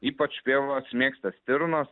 ypač pievas mėgsta stirnos